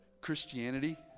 Christianity